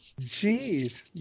Jeez